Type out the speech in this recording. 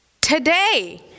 Today